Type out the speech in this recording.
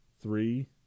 Three